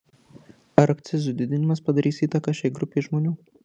ar akcizų didinimas padarys įtaką šiai grupei žmonių